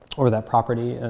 or that property.